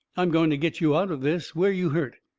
i'm going to get you out of this. where you hurt?